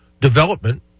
development